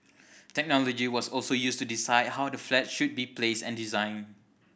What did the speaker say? technology was also used to decide how the flats should be placed and designed